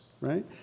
right